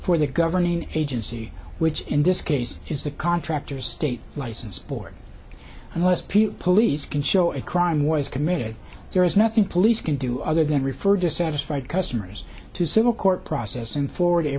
for the governing agency which in this case is the contractor state license board unless police can show a crime was committed there is nothing police can do other than refer dissatisfied customers to civil court process and for